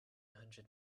hundred